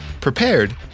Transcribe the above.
prepared